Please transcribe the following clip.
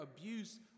abuse